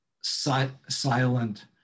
silent